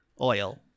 Oil